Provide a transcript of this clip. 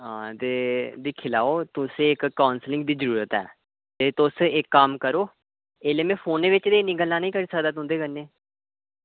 ते दिक्खी लैओ तुसें ई ई इक काऊंसलिंग दी जरूरत ऐ ते तुस इक्क कम्म करो ऐल्लै ते में फोनै च इन्नियां गल्लां निं करी सकदा तुंदे कन्नै